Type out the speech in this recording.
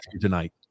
tonight